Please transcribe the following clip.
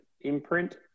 imprint